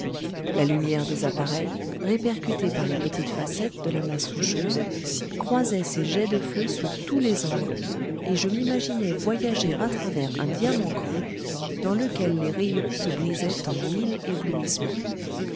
la lumière des appareils répercutée par les petites facettes de la masse rocheuse croisait ses jets de feu sous tous les angles et je m'imaginais voyager à travers un diamant creux dans lequel les rayons se brisaient en mille